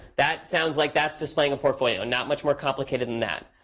that sounds like that's displaying a portfolio, not much more complicated than that.